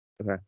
Okay